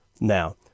Now